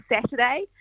Saturday